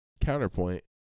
Counterpoint